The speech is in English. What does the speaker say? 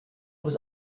was